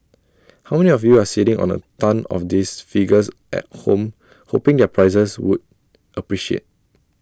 how many of you are sitting on A tonne of these figures at home hoping their prices would appreciate